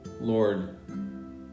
Lord